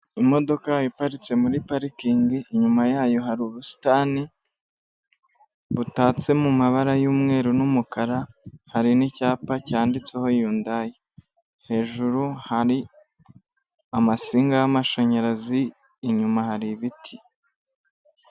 Imodoka iparitse muri parikingi inyuma yayo hari ubusitani butatse mu mabara y'umweru n'umukara hari n'icyapa cyanditseho Yundayi hejuru hari amasinga y'amashanyarazi inyuma hari ibiti.